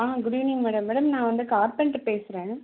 ஆ good evening madam madam நான் வந்து carpenter பேசுகிறேன்